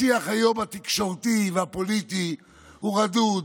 השיח התקשורתי והפוליטי היום הוא רדוד,